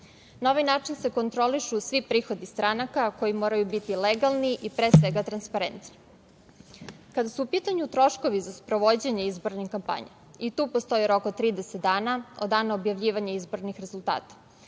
Na ovaj način se kontrolišu svi prihodi stranaka koji moraju biti legalni i pre svega transparentni. Kada su u pitanju troškovi za sprovođenje izbornih kampanja i tu postoji rok od 30 dana od dana objavljivanja izbornih rezultata.